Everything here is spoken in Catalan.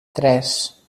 tres